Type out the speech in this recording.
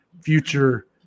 future